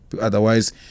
otherwise